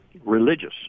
religious